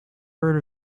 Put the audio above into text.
heard